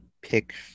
pick